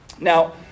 Now